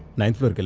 ninth floor.